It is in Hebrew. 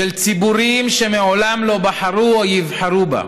של ציבורים שמעולם לא בחרו או יבחרו בה,